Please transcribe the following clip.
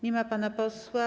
Nie ma pana posła.